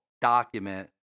document